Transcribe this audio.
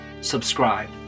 subscribe